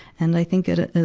and i think at a,